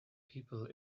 people